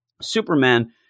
Superman